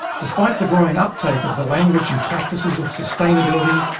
despite the growing uptake of the language and practices of sustainability,